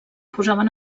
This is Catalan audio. posaven